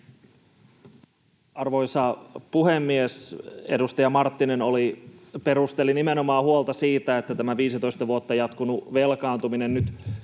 Arvoisa puhemies! Edustaja Marttinen perusteli nimenomaan huolta siitä, että tämä 15 vuotta jatkunut velkaantuminen nyt